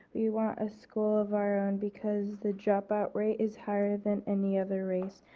we want a school of our own because the dropout rate is higher than any other race.